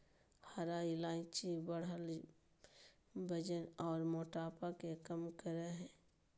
हरा इलायची बढ़ल वजन आर मोटापा के कम करई हई